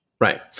Right